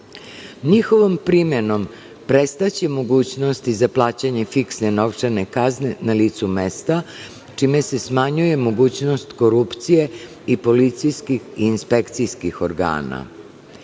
Njihovom primenom prestaće mogućnosti za plaćanje fiksne novčane kazane na licu mesta, čime se smanjuje mogućnost korupcije i policijskih i inspekcijskih